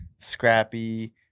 Scrappy